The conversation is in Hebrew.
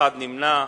נמנע אחד.